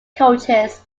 coaches